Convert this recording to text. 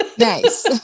Nice